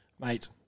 mate